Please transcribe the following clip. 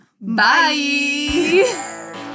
Bye